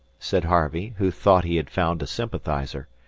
said harvey, who thought he had found a sympathiser.